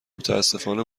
متاسفانه